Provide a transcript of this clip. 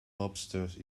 lobsters